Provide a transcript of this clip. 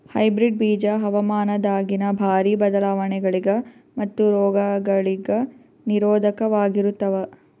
hybrid ಬೀಜ ಹವಾಮಾನದಾಗಿನ ಭಾರಿ ಬದಲಾವಣೆಗಳಿಗ ಮತ್ತು ರೋಗಗಳಿಗ ನಿರೋಧಕವಾಗಿರುತ್ತವ